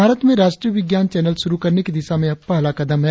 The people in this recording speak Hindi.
भारत में राष्ट्रीय विज्ञान चैनल शुरु करने की दिशा में यह पहला कदम है